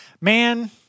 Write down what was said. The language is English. man